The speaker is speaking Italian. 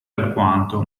alquanto